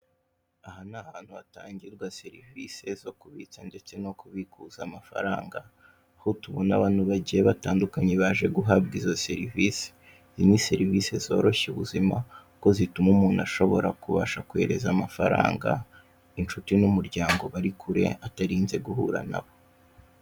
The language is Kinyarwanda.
Aha ni ahantu hatangirwa serivisi zo kubitsa ndetse no kubikuza amafaranga, aho tubona abantu bagiye batandukanye baje guhabwa izo serivisi, izi ni serivisi zoshya ubuzima kuko zituma umuntu ashobora kubasha kohereza amafaranga, inshuti n'umuryango bari kure atarinze guhura na bo.